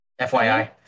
FYI